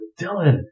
Dylan